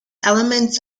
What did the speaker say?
elements